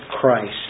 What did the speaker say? Christ